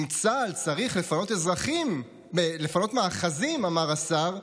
אם צה"ל צריך לפנות מאחזים, אמר השר,